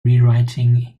rewriting